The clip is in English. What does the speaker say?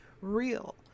real